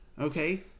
Okay